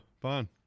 fine